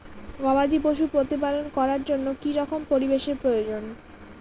গবাদী পশু প্রতিপালন করার জন্য কি রকম পরিবেশের প্রয়োজন?